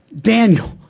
Daniel